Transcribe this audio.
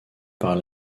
par